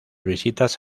visitas